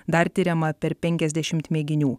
dar tiriama per penkiasdešimt mėginių